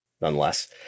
Nonetheless